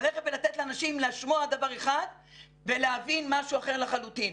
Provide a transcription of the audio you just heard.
ללכת ולתת לאנשים לשמוע דבר אחד ולהבין משהו אחר לחלוטין.